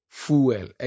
fuel